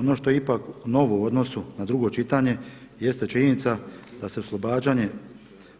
Ono što je ipak novo u odnosu na drugo čitanje jeste činjenica da se oslobađanje